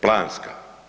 Planska.